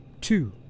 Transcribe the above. two